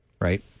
Right